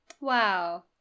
Wow